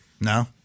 No